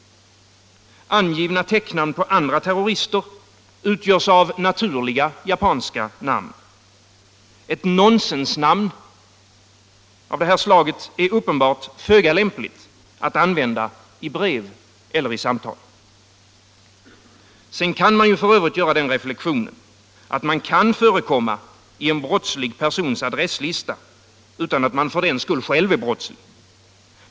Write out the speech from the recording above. Angivna täcknamn på andra terrorister utgörs av naturliga japanska namn. Ett nonsensnamn av det här slaget är uppenbart föga lämpligt att användas i brev eller samtal. Sedan kan f.ö. den reflexionen göras att man kan förekomma i en brottslig persons adresslista utan att man för den skull själv är brottslig.